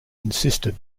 insisted